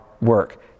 work